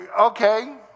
Okay